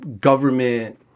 government